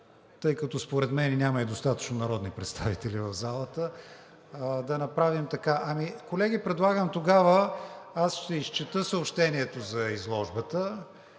тъй като според мен няма и достатъчно народни представители в залата – да направим така. Колеги, предлагам тогава, аз ще изчета съобщението за изложбата,